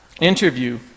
interview